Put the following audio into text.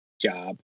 job